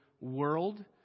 world